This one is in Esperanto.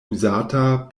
uzata